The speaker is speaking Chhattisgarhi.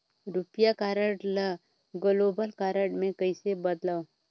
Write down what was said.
रुपिया कारड ल ग्लोबल कारड मे कइसे बदलव?